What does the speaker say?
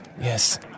Yes